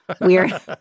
weird